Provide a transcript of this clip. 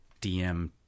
DM